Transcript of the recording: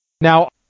Now